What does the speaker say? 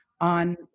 on